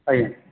ଆଜ୍ଞା